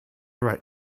write